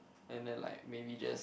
and then like maybe just